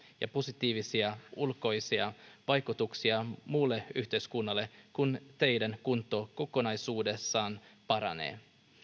ja positiivisia ulkoisia vaikutuksia muulle yhteiskunnalle kun teiden kunto kokonaisuudessaan paranee